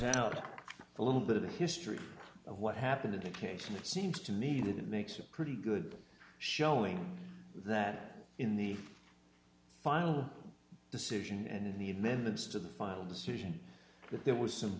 out a little bit of the history of what happened in the case and it seems to me that it makes a pretty good showing that in the final decision and in the amendments to the final decision that there was some